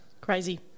Crazy